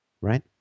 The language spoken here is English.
right